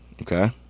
Okay